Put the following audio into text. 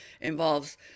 involves